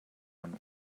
one